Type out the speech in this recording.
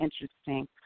interesting